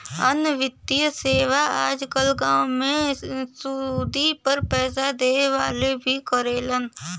अन्य वित्तीय सेवा आज कल गांव में सुदी पर पैसे देवे वाले भी करलन